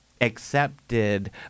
accepted